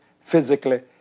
physically